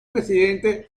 presidente